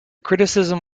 criticism